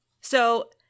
So-